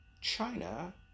China